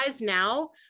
now